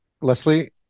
Leslie